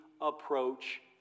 approach